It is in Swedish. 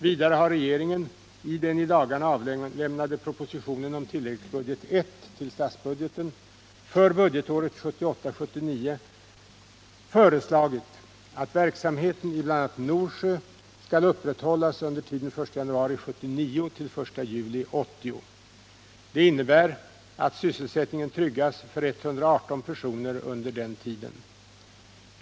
Vidare har regeringen i den i dagarna avlämnade propositionen om tilläggsbudget I till statsbudgeten för budgetåret 1978/79 föreslagit att verksamheten i bl.a. Norsjö skall upprätthållas under tiden den 1 januari 1979 till den 1 juli 1980. Detta innebär att sysselsättningen tryggas för 118 personer under denna tid.